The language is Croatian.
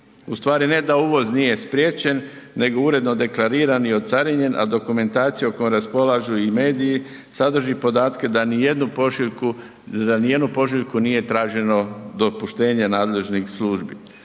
u stvari ne da uvoz nije spriječen, nego uredno deklariran i ocarinjen, a dokumentacija kojom raspolažu i mediji sadrži podatke da ni za jednu pošiljku nije traženo dopuštenje nadležnih službi.